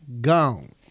gone